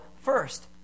first